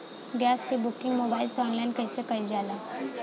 Gas क booking mobile से online कईसे कईल जाला?